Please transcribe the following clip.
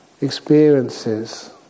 experiences